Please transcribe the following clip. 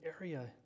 area